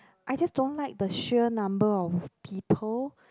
I just don't like the sheer number of people